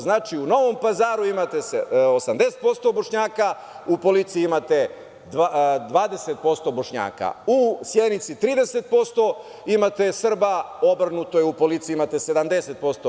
Znači, u Novom Pazaru imate 80% Bošnjaka, u policiji imate 20% Bošnjaka, u Sjenici 30% imate Srba, obrnuto je u policiji imate 70%